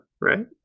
right